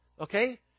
okay